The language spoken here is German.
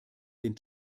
den